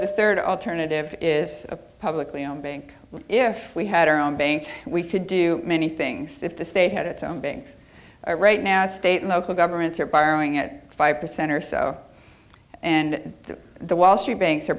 the third alternative is a publicly owned bank if we had our own bank we could do many things if the state had its own beings or right now state local governments are borrowing at five percent or so and the wall street bank